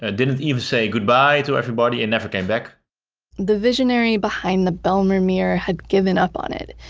ah didn't even say goodbye to everybody and never came back the visionary behind the bijlmermeer had given up on it.